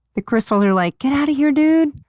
the crystals are like, get out of here dude!